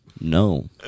no